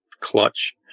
clutch